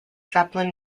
zeppelin